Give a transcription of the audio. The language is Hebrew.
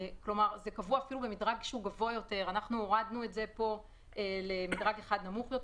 אנחנו הורדנו את זה פה למדרג אחד נמוך יותר.